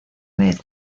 vez